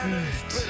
Good